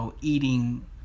eating